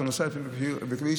לפעמים אתה נוסע בכביש